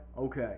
Okay